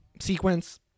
sequence